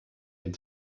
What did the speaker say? dem